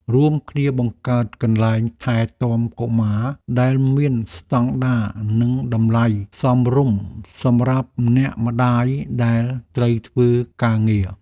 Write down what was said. រួមគ្នាបង្កើតកន្លែងថែទាំកុមារដែលមានស្តង់ដារនិងតម្លៃសមរម្យសម្រាប់អ្នកម្តាយដែលត្រូវធ្វើការងារ។